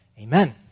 Amen